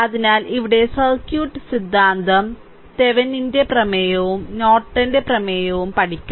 അതിനാൽ ഇവിടെ സർക്യൂട്ട് സിദ്ധാന്തം തെവെനിന്റെ പ്രമേയവും നോർട്ടന്റെ പ്രമേയവും പഠിക്കും